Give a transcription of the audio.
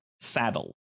Saddle